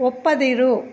ಒಪ್ಪದಿರು